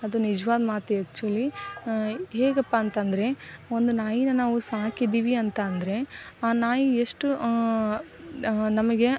ಅದು ನಿಜ್ವಾದ ಮಾತು ಆ್ಯಕ್ಚುಲಿ ಹೇಗಪ್ಪ ಅಂತಂದರೆ ಒಂದು ನಾಯಿನ ನಾವು ಸಾಕಿದ್ದೀವಿ ಅಂತ ಅಂದರೆ ಆ ನಾಯಿ ಎಷ್ಟು ನಮಗೆ